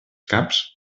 caps